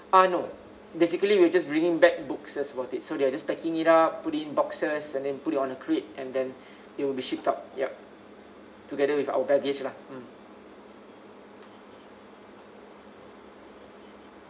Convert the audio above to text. uh no basically we'll just bringing back books that's worthy so they're just packing it up put it in boxes and then put it on a crate and then it'll be ship out yup together with our baggage lah mm